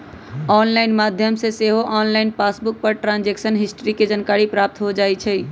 online माध्यम से सेहो ऑनलाइन पासबुक पर ट्रांजैक्शन हिस्ट्री के जानकारी प्राप्त हो जाइ छइ